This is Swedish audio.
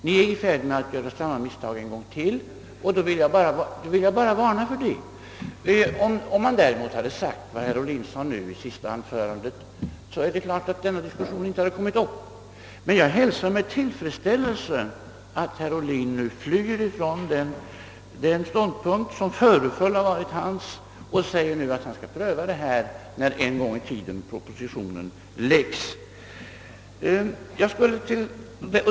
Ni är i färd med att göra samma misstag en gång till, och då vill jag bara varna för det. Om herr Ohlin däremot tidigare hade sagt vad han sade i sitt senaste anförande hade denna diskussion självfallet aldrig uppkommit. Jag hälsar med tillfredsställelse att herr Ohlin nu flyr från den ståndpunkt som föreföll vara hans — herr Ohlin säger att han skall pröva saken när propositionen en gång framlägges.